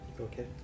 Okay